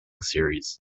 series